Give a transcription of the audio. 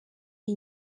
iyi